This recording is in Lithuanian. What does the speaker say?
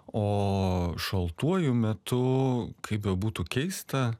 o šaltuoju metu kaip bebūtų keista